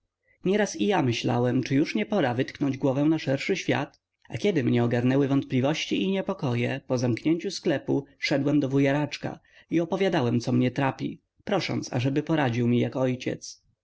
i ja myślałem czy już nie pora wytknąć głowę na szerszy świat a kiedy mnie ogarnęły wątpliwości i niepokoje po zamknięciu sklepu szedłem do wuja raczka i opowiadałem co mnie trapi prosząc ażeby poradził mi jak ojciec